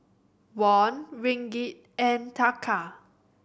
Won Ringgit and Taka